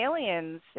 aliens